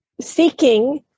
seeking